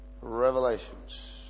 Revelations